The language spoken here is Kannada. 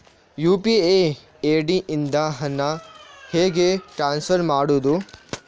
ಯು.ಪಿ.ಐ ಐ.ಡಿ ಇಂದ ಹಣ ಹೇಗೆ ಟ್ರಾನ್ಸ್ಫರ್ ಮಾಡುದು?